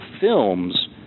films